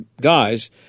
guys